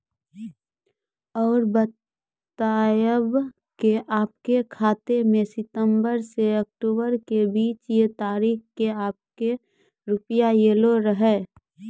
और बतायब के आपके खाते मे सितंबर से अक्टूबर के बीज ये तारीख के आपके के रुपिया येलो रहे?